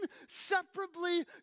inseparably